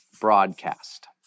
broadcast